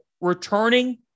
returning